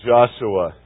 Joshua